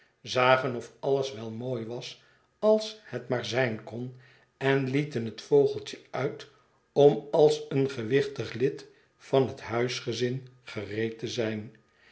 zagen of alles wel zoo mooi was als het maar zijn kon en lieten het vogeltje uit om als een gewichtig lid van het huisgezin gereed te zijn